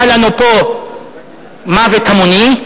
היה לנו פה מוות המוני,